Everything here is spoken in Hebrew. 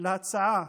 להצעה